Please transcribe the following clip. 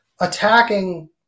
attacking